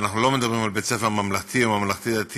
ואנחנו לא מדברים על בית-ספר ממלכתי או ממלכתי-דתי,